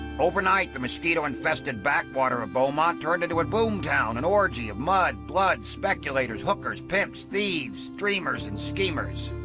overnight, the mosquito-infested backwater of beaumont turned into a boom town, an orgy of mud, blood, speculators, hookers, pimps, thieves, dreamers and schemers.